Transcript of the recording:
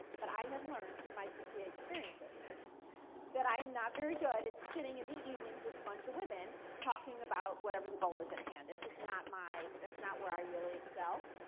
but i have learned through my pta experiences that i am not very good at sitting in the evenings with a bunch of women talking about whatever the goal is at hand. it's just not my that's not where i really excel.